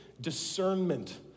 discernment